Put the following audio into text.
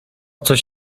coś